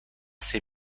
ser